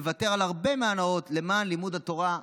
לוותר על הרבה מההנאות למען לימוד התורה.